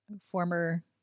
former